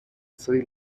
sri